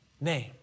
name